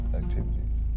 activities